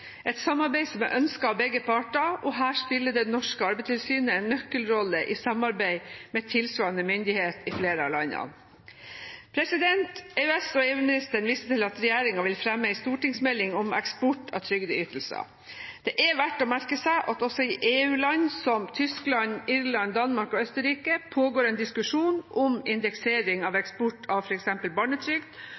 et samarbeid som er ønsket av begge parter. Her spiller det norske arbeidstilsynet en nøkkelrolle i samarbeid med tilsvarende myndighet i flere av landene. EØS- og EU-ministeren viste til at regjeringen vil fremme en stortingsmelding om eksport av trygdeytelser. Det er verdt å merke seg at det også i EU-land som Tyskland, Irland, Danmark og Østerrike pågår en diskusjon om indeksering av eksport av f.eks. barnetrygd,